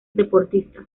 deportistas